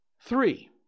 Three